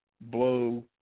blow